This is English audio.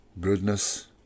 goodness